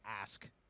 ask